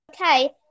okay